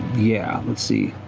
yeah, let's see.